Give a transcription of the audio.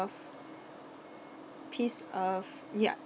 of piece of ya